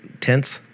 tense